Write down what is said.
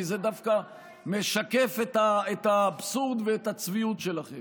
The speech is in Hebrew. כי זה דווקא משקף את האבסורד ואת הצביעות שלכם.